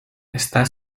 está